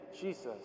Jesus